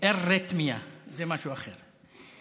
אריתמיה זה משהו אחר.